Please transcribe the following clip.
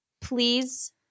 please